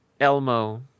Elmo